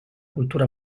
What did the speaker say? cultura